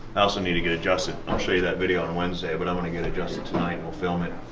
i also need to get adjusted. i'll show you that video on wednesday but i'm gonna get adjusted tonight. we'll film it.